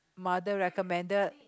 mother recommended